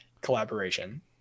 collaboration